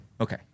Okay